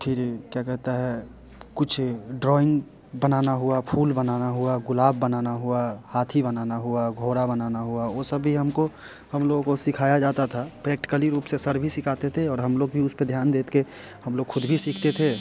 फिर क्या कहते हैं कुछ ड्राइंग बनाना हुआ फूल बनाना हुआ गुलाब बनाना हुआ हाथी बनाना हुआ घोड़ा बनाना हुआ वो सभी हम को हम लोगों को सिखाया जाता था प्रैक्टिकली रूप से सर भी सिखाते थे और हम लोग भी उस पर ध्यान दे कर हम लोग ख़ुद भी सीखते थे